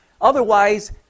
Otherwise